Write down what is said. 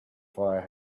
fire